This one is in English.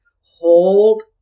Hold